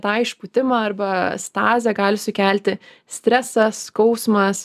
tą išpūtimą arba stazę gali sukelti stresas skausmas